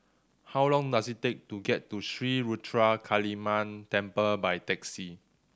how long does it take to get to Sri Ruthra Kaliamman Temple by taxi